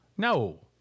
no